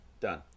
Done